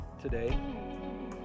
today